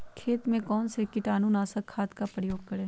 खेत में कौन से कीटाणु नाशक खाद का प्रयोग करें?